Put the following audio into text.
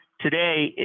today